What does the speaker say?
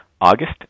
august